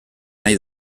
nahi